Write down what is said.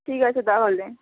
ঠিক আছে তাহলে